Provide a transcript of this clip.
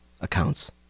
accounts